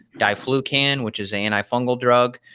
diflucan which is antifungal drug,